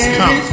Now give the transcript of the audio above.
come